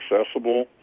accessible